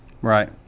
right